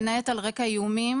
בין היתר על רקע איומים,